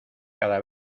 cada